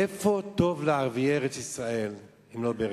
איפה טוב לערביי ארץ-ישראל אם לא בארץ-ישראל?